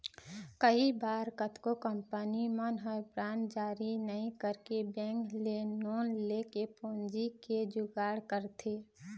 कई बार कतको कंपनी मन ह बांड जारी नइ करके बेंक ले लोन लेके पूंजी के जुगाड़ करथे